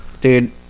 Dude